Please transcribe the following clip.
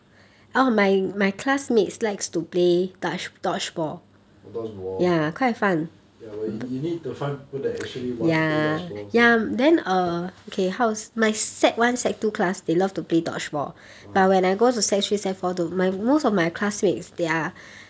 oh dodge ball ya but you you need to find people that actually want to play dodge ball also ah